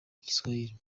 igiswahili